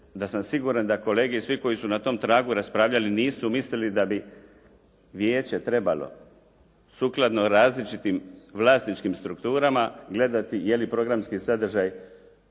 da sam siguran da kolege i svi koji su na tom tragu raspravljali nisu mislili da bi vijeće trebalo sukladno različitim vlasničkim strukturama gledati je li programski sadržaj